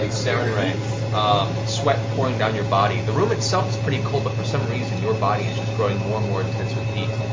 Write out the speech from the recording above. like so and um sweat pouring down your body. the room itself is pretty cold, but for some reason your body is just growing more and more intense with heat.